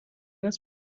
است